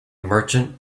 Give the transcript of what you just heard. merchant